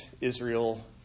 Israel